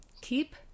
keep